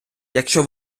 якщо